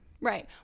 Right